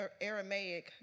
Aramaic